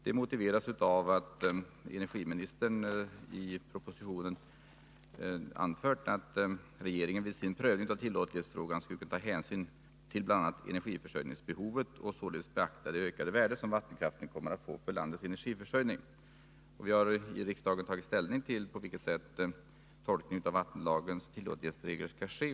Det motiveras av att energiministern i propositionen anfört att regeringen vid sin prövning av tillåtlighetsfrågan har möjlighet att ta hänsyn till bl.a. energiförsörjningsbehovet och således beakta det ökade värde som vattenkraften kommer att få för landets energiförsörjning. Riksdagen har tagit ställning till på vilket sätt en tolkning av vattenlagens tillåtlighetsregler skall ske.